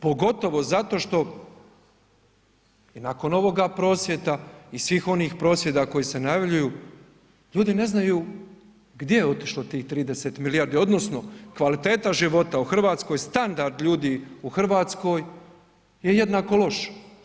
Pogotovo zato što i nakon ovoga prosvjeda i svih onih prosvjeda koji se najavljuju ljudi ne znaju gdje je otišlo tih 30 milijardi odnosno kvaliteta života u Hrvatskoj, standard ljudi u Hrvatskoj je jednako loš.